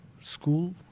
school